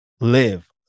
live